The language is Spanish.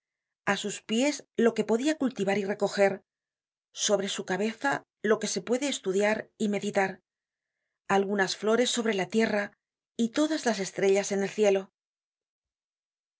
a sus piés lo que podia cultivar y recoger sobre su cabeza lo que se puede estudiar y meditar algunas flores sobre la tierra y todas las estrellas en el cielo